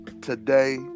Today